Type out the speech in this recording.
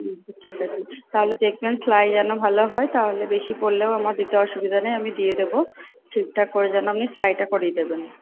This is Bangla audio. আচ্ছা ঠিক আছে তাহলে দেখবেন সেলাই যেন ভালো হয় তাহলে বেশি পড়লেও আমার দিতে অসুবিধা নেই আমি দিয়ে দেব ঠিকঠাক করে যেন আপনি সেলাইটা করিয়ে দেবেন